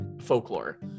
folklore